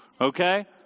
Okay